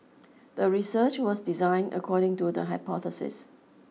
the research was designed according to the hypothesis